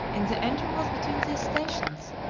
in the intervals between these stations,